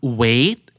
wait